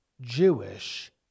Jewish